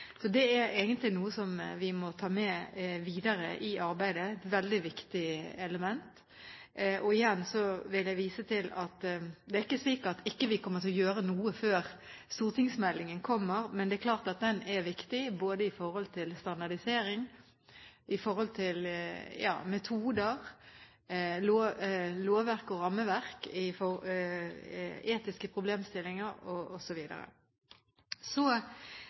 Så det er egentlig noe som vi må ta med videre i arbeidet – et veldig viktig element. Igjen vil jeg vise til at det er ikke slik at vi ikke kommer til å gjøre noe før stortingsmeldingen kommer, men det er klart at den er viktig, både med hensyn til standardisering, med hensyn til metoder, lovverk og rammeverk, etiske problemstillinger osv. Så